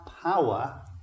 power